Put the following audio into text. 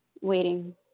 waiting